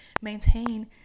maintain